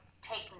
take